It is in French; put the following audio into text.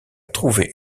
trouver